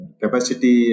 capacity